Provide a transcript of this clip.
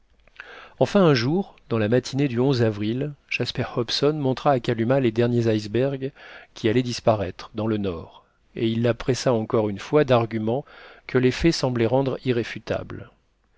enfin un jour dans la matinée du avril jasper hobson montra à kalumah les derniers icebergs qui allaient disparaître dans le nord et il la pressa encore une fois d'arguments que les faits semblaient rendre irréfutables